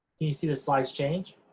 you see the slides change?